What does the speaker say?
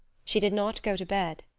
she did not go to bed.